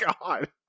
God